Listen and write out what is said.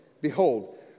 behold